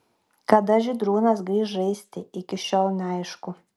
kada žydrūnas grįš žaisti iki šiol neaišku